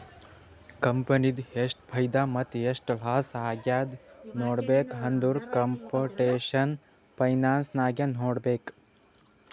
ಕಂಪನಿದು ಎಷ್ಟ್ ಫೈದಾ ಮತ್ತ ಎಷ್ಟ್ ಲಾಸ್ ಆಗ್ಯಾದ್ ನೋಡ್ಬೇಕ್ ಅಂದುರ್ ಕಂಪುಟೇಷನಲ್ ಫೈನಾನ್ಸ್ ನಾಗೆ ನೋಡ್ಬೇಕ್